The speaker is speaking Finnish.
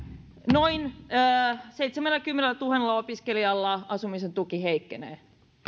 noin seitsemälläkymmenellätuhannella opiskelijalla asumisen tuki heikkenee